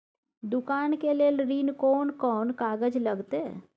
दुकान के लेल ऋण कोन कौन कागज लगतै?